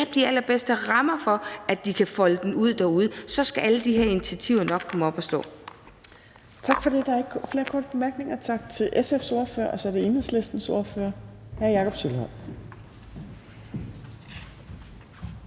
de allerbedste rammer for, at de kan folde dem ud derude, og så skal alle de her initiativer nok komme op at stå.